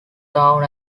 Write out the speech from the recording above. town